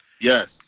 Yes